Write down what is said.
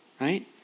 right